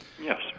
Yes